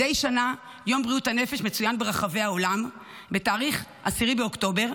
מדי שנה יום בריאות הנפש מצוין ברחבי העולם ב-10 באוקטובר,